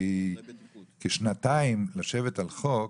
כי שנתיים לשבת על חוק,